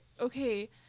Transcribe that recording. okay